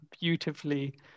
beautifully